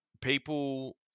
people